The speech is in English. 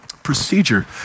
procedure